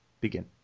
Begin